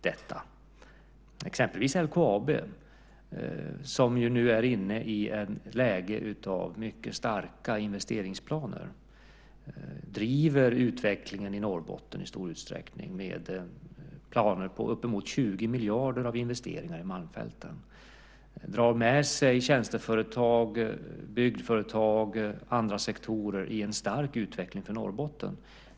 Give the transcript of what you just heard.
Det gäller exempelvis LKAB, som nu är inne i ett läge av mycket starka investeringsplaner. LKAB driver utveckling i Norrbotten i stor utsträckning, med planer på uppemot 20 miljarder i investeringar i Malmfälten. Man drar med sig tjänsteföretag, byggföretag och andra sektorer i en stark utveckling för Norrbotten.